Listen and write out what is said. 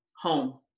home